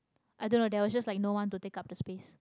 don't know there was just like no one to take up the space